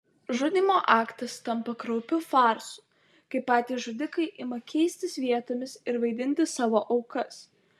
žudymo aktas tampa kraupiu farsu kai patys žudikai ima keistis vietomis ir vaidinti savo aukas